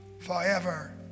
forever